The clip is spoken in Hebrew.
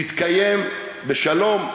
תתקיים בשלום,